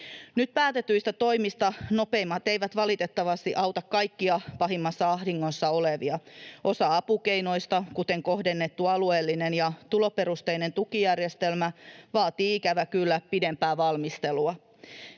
Nyt päätetyistä toimista nopeimmat eivät valitettavasti auta kaikkia pahimmassa ahdingossa olevia. Osa apukeinoista, kuten kohdennettu alueellinen ja tuloperusteinen tukijärjestelmä, vaatii ikävä kyllä pidempää valmistelua.